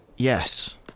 Yes